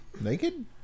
naked